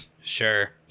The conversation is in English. Sure